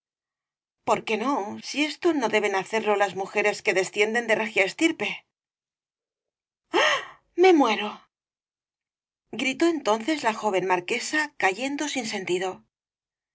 por qué no si esto no deben hacerlo las mujeres que descienden de regia estirpe rosalía de castro ah me muero gritó entonces la joven marquesa cayendo